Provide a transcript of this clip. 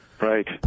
Right